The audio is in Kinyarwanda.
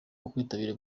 ubwitabire